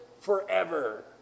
forever